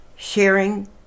Sharing